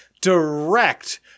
direct